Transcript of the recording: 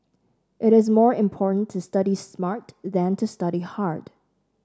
it is more important to study smart than to study hard